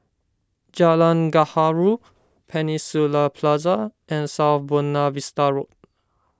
Jalan Gaharu Peninsula Plaza and South Buona Vista Road